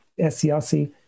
SCLC